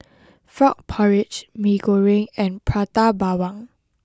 frog porridge Mee Goreng and Prata Bawang